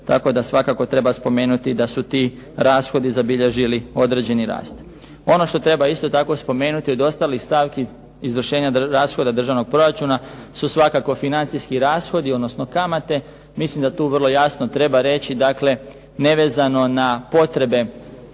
tako da svakako treba spomenuti da su ti rashodi zabilježili određeni rast. Ono što treba isto tako spomenuti od ostalih stavki izvršenja rashoda državnog proračuna su svakako financijski rashodi, odnosno kamate. Mislim da tu vrlo jasno treba reći, dakle nevezano na potrebe